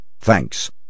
Thanks